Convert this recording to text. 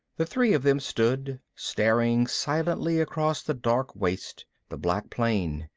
the three of them stood, staring silently across the dark waste, the black plain,